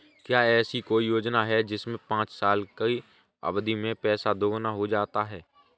क्या ऐसी कोई योजना है जिसमें पाँच साल की अवधि में पैसा दोगुना हो जाता है?